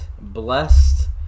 blessed